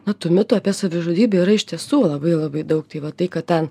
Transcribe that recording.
na tų mitų apie savižudybę yra iš tiesų labai labai daug tai va tai kad ten